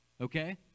okay